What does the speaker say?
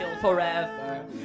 forever